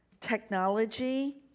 technology